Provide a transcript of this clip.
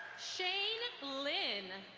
shane lynn.